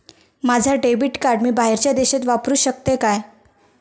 माझा debit card मी बाहेरच्या देशात वापरू शकतय काय?